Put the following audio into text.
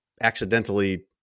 accidentally